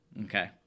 Okay